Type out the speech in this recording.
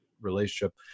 relationship